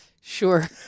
Sure